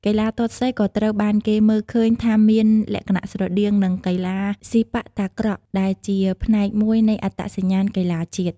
កីឡាទាត់សីក៏ត្រូវបានគេមើលឃើញថាមានលក្ខណៈស្រដៀង នឹងកីឡាសីប៉ាក់តាក្រក់ ដែលជាផ្នែកមួយនៃអត្តសញ្ញាណកីឡាជាតិ។